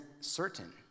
certain